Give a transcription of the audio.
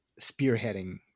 spearheading